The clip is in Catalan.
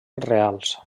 reals